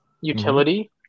utility